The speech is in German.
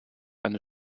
eine